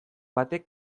batek